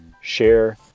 share